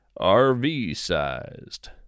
RV-sized